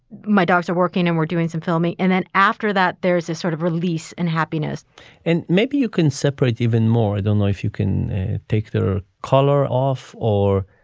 my dogs are working and we're doing some filming. and then after that, there's a sort of release and happiness and maybe you can separate even more i don't know if you can take their color off or.